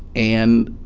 and